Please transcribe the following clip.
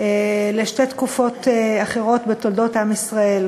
לשתי תקופות אחרות בתולדות עם ישראל: